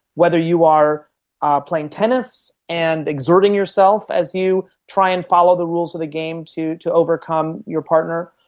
whether you are are playing tennis and exerting yourself as you try and follow the rules of the game to to overcome your partner,